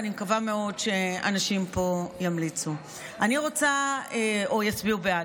ואני מקווה מאוד שאנשים פה ימליצו או יצביעו בעד.